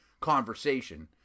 conversation